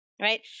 right